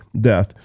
death